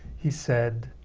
he said,